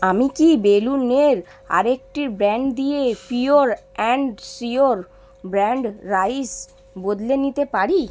আমি কি বেলুনের আরেকটি ব্র্যাণ্ড দিয়ে pure and sure brand rice বদলে নিতে পারি